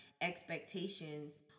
expectations